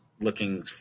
looking